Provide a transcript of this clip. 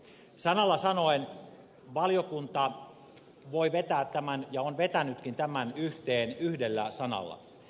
sanalla sanoen valiokunta voi vetää tämän ja on vetänytkin tämän yhteen yhdellä sanalla